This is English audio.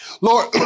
Lord